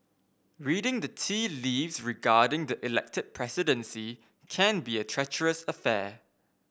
reading the tea leaves regarding the elected presidency can be a treacherous affair